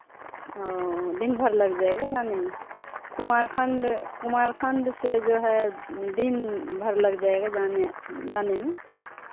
ओ दिन भर लग जाएगा जाने में कुमारखण्ड कुमारखण्ड से जो है दिन भर लग जाएगा जाने जाने में